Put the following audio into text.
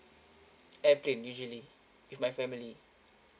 airplane usually with my family